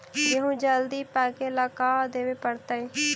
गेहूं जल्दी पके ल का देबे पड़तै?